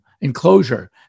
enclosure